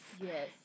Yes